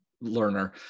learner